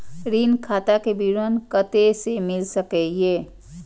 ऋण खाता के विवरण कते से मिल सकै ये?